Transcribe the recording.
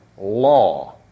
law